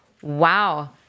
Wow